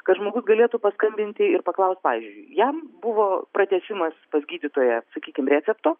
kad žmogus galėtų paskambinti ir paklaust pavyzdžiui jam buvo pratęsimas pas gydytoją sakykim recepto